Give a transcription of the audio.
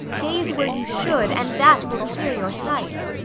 gaze where you should, and that will clear your sight.